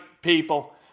people